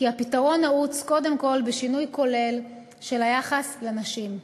כי הפתרון נעוץ קודם כול בשינוי כולל של היחס לנשים.